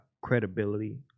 credibility